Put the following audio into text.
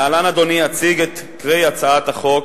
להלן, אדוני, אציג את עיקרי הצעת החוק